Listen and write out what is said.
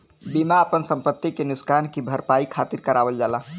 बीमा आपन संपति के नुकसान की भरपाई खातिर करावल जाला